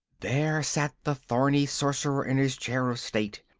there sat the thorny sorcerer in his chair of state,